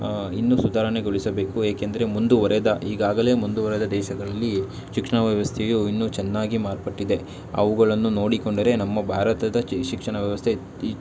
ಇನ್ನೂ ಸುಧಾರಣೆಗೊಳಿಸಬೇಕು ಏಕೆಂದರೆ ಮುಂದುವರೆದ ಈಗಾಗಲೇ ಮುಂದುವರೆದ ದೇಶಗಳಲ್ಲಿ ಶಿಕ್ಷಣ ವ್ಯವಸ್ಥೆಯು ಇನ್ನೂ ಚೆನ್ನಾಗಿ ಮಾರ್ಪಟ್ಟಿದೆ ಅವುಗಳನ್ನು ನೋಡಿಕೊಂಡರೆ ನಮ್ಮ ಭಾರತದ ಚಿ ಶಿಕ್ಷಣ ವ್ಯವಸ್ಥೆ ಈ